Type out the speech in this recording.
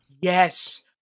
Yes